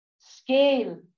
scale